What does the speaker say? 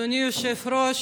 אדוני היושב-ראש,